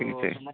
ઠીક છે